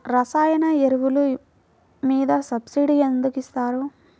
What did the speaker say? రసాయన ఎరువులు మీద సబ్సిడీ ఎందుకు ఇస్తారు?